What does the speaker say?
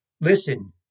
Listen